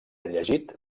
llegit